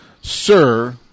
Sir